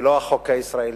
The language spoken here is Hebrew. ולא של החוק הישראלי,